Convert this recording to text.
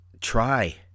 try